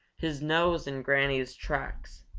his nose in granny's tracks,